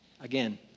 Again